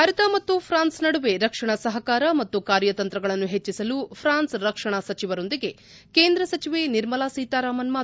ಭಾರತ ಮತ್ತು ಫ್ರಾನ್ಸ್ ನಡುವೆ ರಕ್ಷಣಾ ಸಹಕಾರ ಮತ್ತು ಕಾರ್ಯತಂತ್ರಗಳನ್ನು ಹೆಚ್ಚಸಲು ಫ್ರಾನ್ಸ್ ರಕ್ಷಣಾ ಸಚಿವರೊಂದಿಗೆ ಕೇಂದ್ರ ಸಚಿವೆ ನಿರ್ಮಲಾ ಸೀತಾರಾಮನ್ ಮಾತುಕತೆ